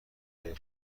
های